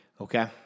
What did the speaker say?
okay